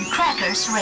Crackers